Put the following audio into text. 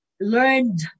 learned